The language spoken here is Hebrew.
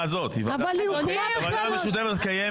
אבל היא הוקמה בכלל --- הוועדה המשותפת קיימת